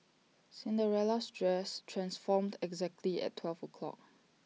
Cinderella's dress transformed exactly at twelve o'clock